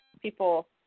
people